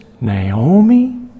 Naomi